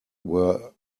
were